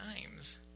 times